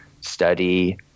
study